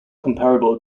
comparable